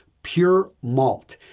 pure malt.